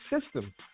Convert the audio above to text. system